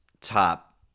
top